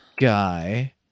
guy